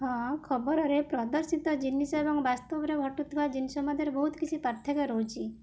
ହଁ ଖବରରେ ପ୍ରଦର୍ଶିତ ଜିନିଷ ଏବଂ ବାସ୍ତବରେ ଘଟୁଥିବା ଜିନିଷ ମଧ୍ୟରେ ବହୁତ କିଛି ପାର୍ଥକ୍ୟ ରହୁଛି